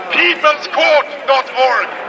peoplescourt.org